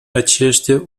aceștia